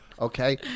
Okay